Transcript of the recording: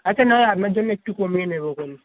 আচ্ছা না আপনার জন্যে একটু কমিয়ে নেবখন